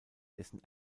dessen